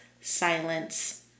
silence